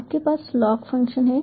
आपके पास log function है